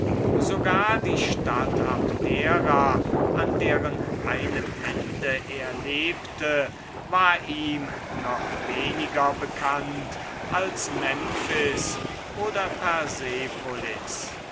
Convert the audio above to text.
sogar die stadt abdera an deren einem ende er lebte war ihm wenig bekannter als memphis oder